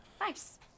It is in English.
nice